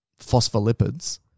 phospholipids